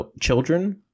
children